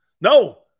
No